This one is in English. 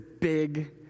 big